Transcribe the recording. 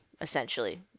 essentially